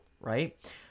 right